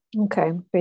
Okay